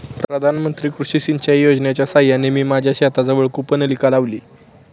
प्रधानमंत्री कृषी सिंचाई योजनेच्या साहाय्याने मी माझ्या शेताजवळ कूपनलिका लावली